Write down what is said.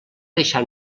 deixar